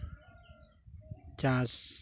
ᱪᱟᱥ